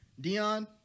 Dion